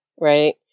right